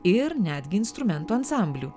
ir netgi instrumentų ansamblių